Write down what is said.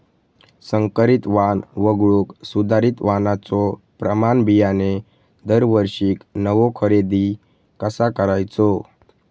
संकरित वाण वगळुक सुधारित वाणाचो प्रमाण बियाणे दरवर्षीक नवो खरेदी कसा करायचो?